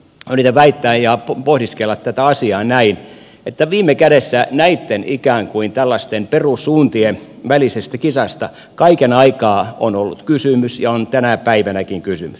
yritän väittää ja pohdiskella tätä asiaa näin että viime kädessä näitten ikään kuin tällaisten perussuuntien välisestä kisasta kaiken aikaa on ollut kysymys ja on tänä päivänäkin kysymys